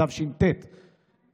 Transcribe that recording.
(תיקוני חקיקה),